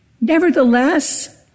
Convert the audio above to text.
Nevertheless